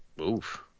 Oof